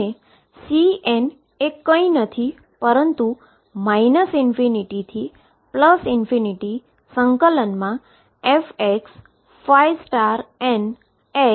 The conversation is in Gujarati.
Cn એ કંઈ નથી પરંતુ ∞fxndx છે